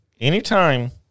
Anytime